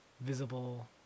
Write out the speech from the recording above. visible